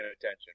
attention